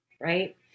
right